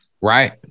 Right